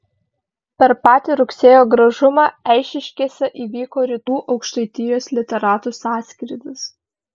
per patį rugsėjo gražumą eišiškėse įvyko rytų aukštaitijos literatų sąskrydis